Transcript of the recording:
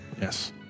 Yes